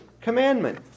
commandment